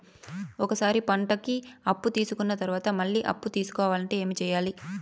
ఒక సారి పంటకి అప్పు తీసుకున్న తర్వాత మళ్ళీ అప్పు తీసుకోవాలంటే ఏమి చేయాలి?